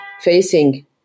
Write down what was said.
facing